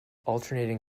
alternating